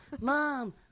mom